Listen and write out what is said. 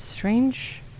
Strange